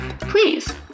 please